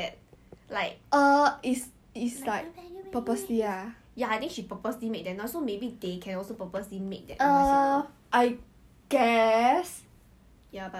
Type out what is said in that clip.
cause of COVID also right but it's augustine you think augustine will give a shit no augustine is like oh 我不喜欢你我就